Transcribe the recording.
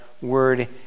word